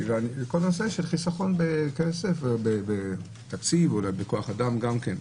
רק חיסכון בתקציב, ואולי גם בכוח אדם.